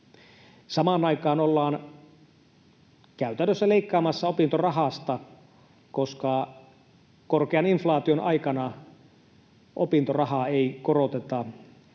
Samaan aikaan ollaan käytännössä leikkaamassa opintorahasta, koska korkean inflaation aikana opintorahaa ei koroteta